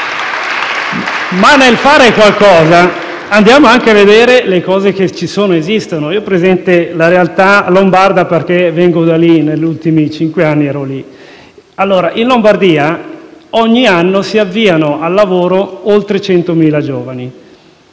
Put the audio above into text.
Ma nel fare qualcosa andiamo anche a vedere ciò che già esiste. Io ho presente la realtà lombarda perché vengo da lì, negli ultimi cinque anni ero lì. In Lombardia, ogni anno, si avviano al lavoro oltre 100.000 giovani.